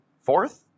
Fourth